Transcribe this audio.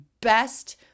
best